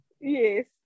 Yes